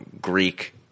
Greek